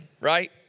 right